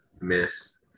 miss